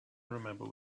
remember